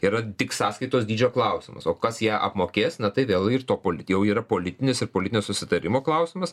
yra tik sąskaitos dydžio klausimas o kas ją apmokės na tai vėl ir to pol jau yra politinis ir politinio susitarimo klausimas